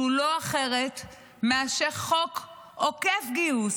שהוא לא אחרת מאשר חוק עוקף גיוס.